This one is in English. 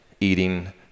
eating